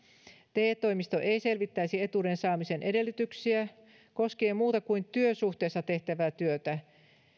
te toimisto ei selvittäisi etuuden saamisen edellytyksiä koskien muuta kuin työsuhteessa tehtävää työtä